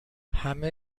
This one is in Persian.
همه